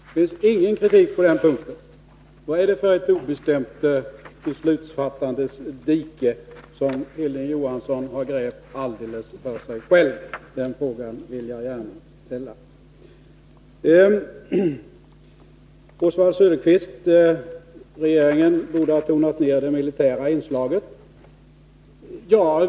Det finns ingen kritik på den punkten. Vad är det för obestämt beslutsfattandes dike som Hilding Johansson har grävt alldeles för sig själv? Den frågan vill jag gärna ställa, Oswald Söderqvist menar att regeringen borde ha tonat ner det militära inslaget.